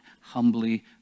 humbly